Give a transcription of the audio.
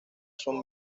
son